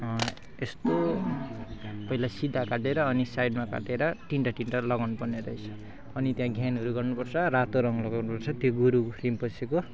यस्तो पहिला सिधा काटेर अनि साइडमा काटेर तिनवटा तिनवटा लगाउनुपर्ने रहेछ अनि त्यहाँ घेनहरू गर्नुपर्छ रातो रङ लगाउनुपर्छ गुरु रिम्पोछेको